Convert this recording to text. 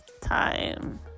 time